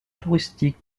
touristique